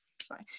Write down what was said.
sorry